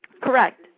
Correct